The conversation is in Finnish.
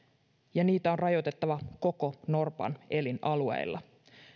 ja niitä on rajoitettava norpan koko elinalueella